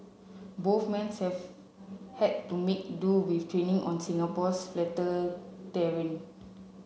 both men have had to make do with training on Singapore's flatter terrain